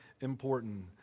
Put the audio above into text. important